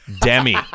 Demi